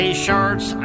T-shirts